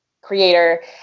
creator